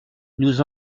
nous